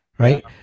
Right